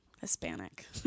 hispanic